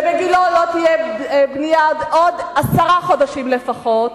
שבגילה לא תהיה בנייה עוד עשרה חודשים לפחות,